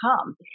come